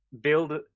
build